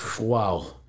Wow